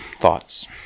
thoughts